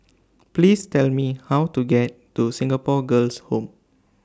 Please Tell Me How to get to Singapore Girls' Home